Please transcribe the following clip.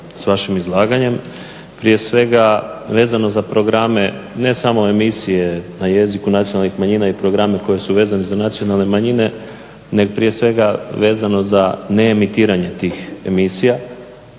s vašim izlaganjem. Prije svega vezano za programe ne samo emisije na jeziku nacionalnih manjina i programi koji su vezani za nacionalne manjine, nego prije svega vezano za neemitiranje tih emisija